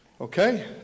Okay